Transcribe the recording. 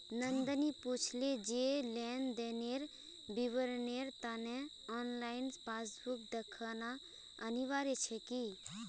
नंदनी पूछले जे लेन देनेर विवरनेर त न ऑनलाइन पासबुक दखना अनिवार्य छेक की